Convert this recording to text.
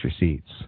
receipts